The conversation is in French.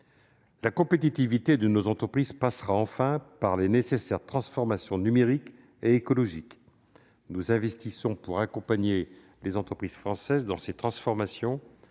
La compétitivité de nos entreprises passera enfin par les nécessaires transformations numériques et écologiques. Nous investissons pour accompagner les entreprises françaises avec le plan France